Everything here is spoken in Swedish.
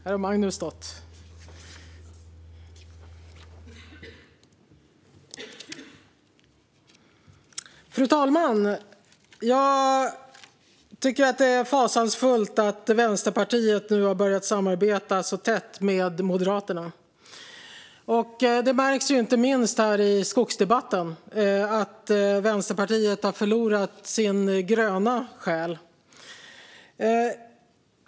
Fru talman! Jag tycker att det är fasansfullt att Vänsterpartiet nu har börjat samarbeta så tätt med Moderaterna. Det märks inte minst här i skogsdebatten att Vänsterpartiet har förlorat sin gröna själ.